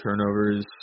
turnovers